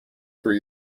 for